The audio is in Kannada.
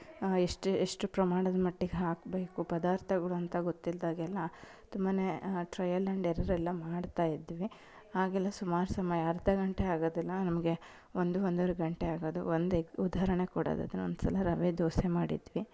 ಎಷ್ಟು ಎಷ್ಟು ಪ್ರಮಾಣದ ಮಟ್ಟಿಗೆ ಹಾಕಬೇಕು ಪದಾರ್ಥಗಳು ಅಂತ ಗೊತ್ತಿಲ್ಲದಾಗೆಲ್ಲ ತುಂಬ ಟ್ರಯಲ್ ಅಂಡ್ ಎರರ್ ಎಲ್ಲ ಮಾಡ್ತಾ ಇದ್ವಿ ಆಗೆಲ್ಲ ಸುಮಾರು ಸಮಯ ಅರ್ಧ ಗಂಟೆ ಆಗೋದೆಲ್ಲ ನಮಗೆ ಒಂದು ಒಂದೂವರೆ ಗಂಟೆ ಆಗೋದು ಒಂದು ಉದಾಹರಣೆ ಕೊಡೋದಾದರೆ ಒಂದು ಸಲ ರವೆ ದೋಸೆ ಮಾಡಿದ್ವಿ